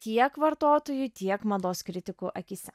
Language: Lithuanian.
tiek vartotojų tiek mados kritikų akyse